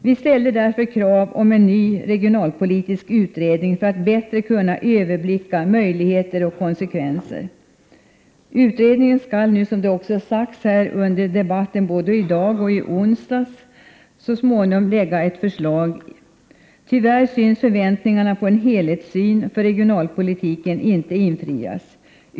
Vi har därför ställt krav på en ny regionalpolitisk utredning för att man bättre skall kunna överblicka möjligheter och konsekvenser. Utredningen skall nu, som också sagts under debatten både i dag och i onsdags, så småningom lägga fram ett förslag. Tyvärr synes 23 förväntningarna på en helhetssyn för regionalpolitiken inte bli infriade.